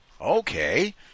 Okay